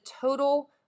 total